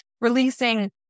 releasing